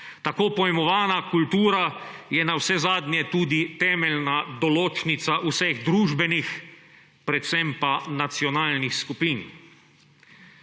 Tako pojmovana kultura je navsezadnje tudi temeljna določnica vseh družbenih, predvsem pa nacionalnih skupin.